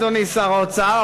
אדוני שר האוצר,